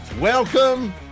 welcome